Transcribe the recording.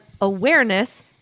awareness